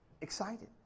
excited